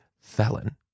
felon